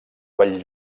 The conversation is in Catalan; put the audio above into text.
vall